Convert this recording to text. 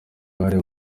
uruhare